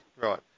right